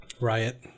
Riot